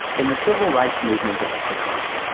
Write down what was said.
in the civil rights movement of the sixties,